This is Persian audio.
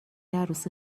عروسی